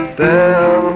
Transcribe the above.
down